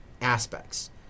aspects